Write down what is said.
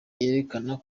yerekana